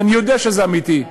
ואני יודע שזה אמיתי,